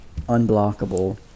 unblockable